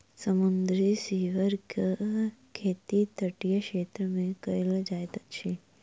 समुद्री सीवरक खेती तटीय क्षेत्र मे कयल जाइत अछि